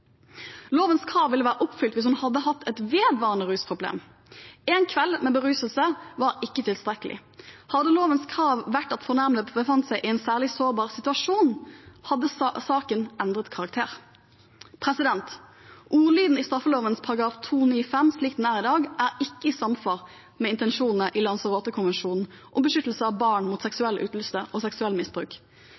Lovens krav ville vært oppfylt hvis hun hadde hatt et vedvarende rusproblem. Én kveld med beruselse var ikke tilstrekkelig. Hadde lovens krav vært at fornærmede befant seg i en særlig sårbar situasjon, hadde saken endret karakter. Ordlyden i straffeloven § 295 slik den er i dag, er ikke i samsvar med intensjonene i Lanzarote-konvensjonen om beskyttelse av barn mot seksuell utnyttelse og seksuelt misbruk.